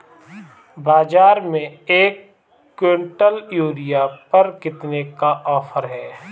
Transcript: बाज़ार में एक किवंटल यूरिया पर कितने का ऑफ़र है?